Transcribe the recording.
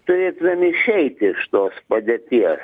turėtumėm išeiti iš tos padėties